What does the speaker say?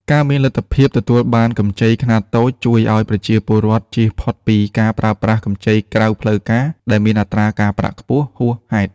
ការមានលទ្ធភាពទទួលបានកម្ចីខ្នាតតូចជួយឱ្យប្រជាពលរដ្ឋចៀសផុតពីការប្រើប្រាស់កម្ចីក្រៅផ្លូវការដែលមានអត្រាការប្រាក់ខ្ពស់ហួសហេតុ។